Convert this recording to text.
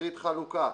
תשריט חלוקה.